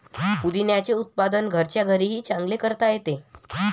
पुदिन्याचे उत्पादन घरच्या घरीही चांगले करता येते